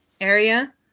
area